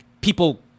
people